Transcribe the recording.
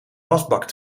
wasbak